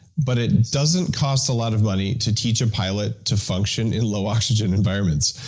but it doesn't cost a lot of money to teach a pilot to function in low oxygen environments.